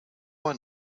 one